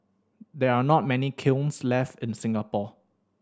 there are not many kilns left in Singapore